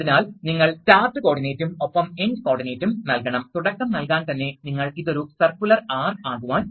അതിനാൽ ഇവിടെ വികസിക്കുന്ന ഈ സമ്മർദ്ദം ഇവിടെ എവിടെയെങ്കിലും ആയിരിക്കും